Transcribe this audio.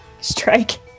strike